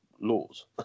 laws